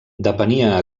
depenia